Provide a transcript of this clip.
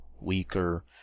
weaker